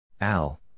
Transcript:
Al